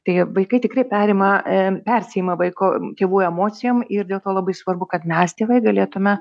tai vaikai tikrai perima em persėjimą vaiko tėvų emocijom ir dėl to labai svarbu kad mes tėvai galėtume